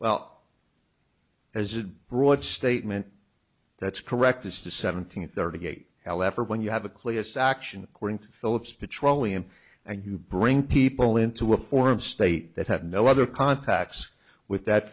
well as a broad statement that's correct as to seven hundred thirty eight however when you have a class action according to phillips petroleum and you bring people into a foreign state that have no other contacts with that